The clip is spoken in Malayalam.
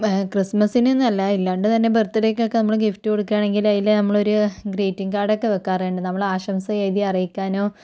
ക്രിസ്മസ്സിനെന്നല്ല അല്ലാണ്ട് തന്നെ ബർത്ത് ഡേയ്ക്കൊക്കെ നമ്മൾ ഗിഫ്റ്റ് കൊടുക്കുകയാണെങ്കിൽ അതിൽ നമ്മളൊരു ഗ്രീറ്റിംഗ് കാർഡൊക്കെ വെക്കാറുണ്ട് നമ്മൾ ആശംസ എഴുതി അറിയിക്കാനോ